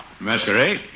Masquerade